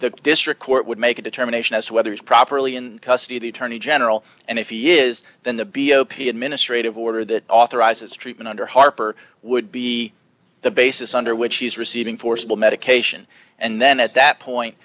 the district court would make a determination as to whether it's properly in custody the attorney general and if he is then the b o p s ministre to order that authorizes treatment under harper would be the basis under which he is receiving forcible medication and then at that point